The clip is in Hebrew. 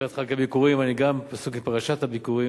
לקראת חג הביכורים, אני גם, פסוק מפרשת הביכורים: